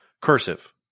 cursive